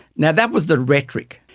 now, that was the rhetoric.